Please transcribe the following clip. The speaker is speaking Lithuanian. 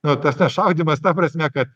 nu tas na šaudymas ta prasme kad